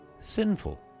sinful